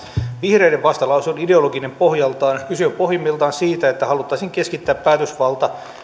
vihreiden vastalause on ideologinen pohjaltaan kyse on pohjimmiltaan siitä että haluttaisiin keskittää päätösvalta